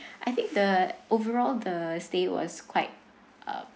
I think the overall the stay was quite uh